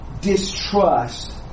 distrust